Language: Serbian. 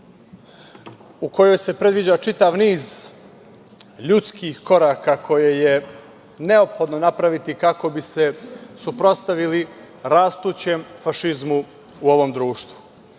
u kojoj se predviđa čitav niz ljudskih koraka koje je neophodno napraviti kako bi se suprotstavili rastućem fašizmu u ovom društvu.